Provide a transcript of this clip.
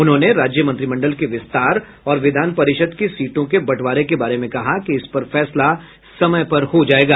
उन्होंने राज्य मंत्रिमंडल के विस्तार और विधान परिषद् की सीटों के बंटवारे के बारे में कहा कि इस पर फैसला समय पर हो जायेगा